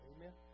Amen